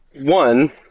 one